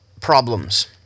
problems